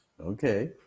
Okay